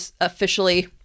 officially